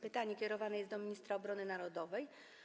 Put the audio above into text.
Pytanie kierowane jest do ministra obrony narodowej.